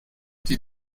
die